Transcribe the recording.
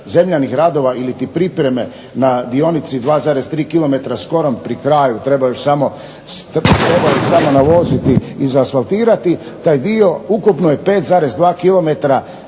zemljanih radova ili pripreme na dionici 2,3 km skoro pri kraju. Treba još samo navoziti, izasfaltirati taj dio, ukupno je 5,2 km.